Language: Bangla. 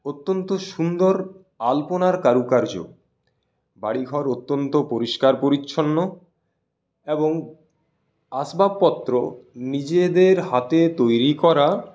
অত্যন্ত সুন্দর আলপনার কারুকার্য বাড়িঘর অত্যন্ত পরিষ্কার পরিচ্ছন্ন এবং আসবাবপত্র নিজেদের হাতে তৈরি করা